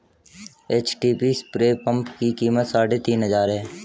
HTP spray pump की कीमत साढ़े तीन हजार है